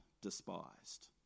despised